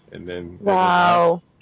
Wow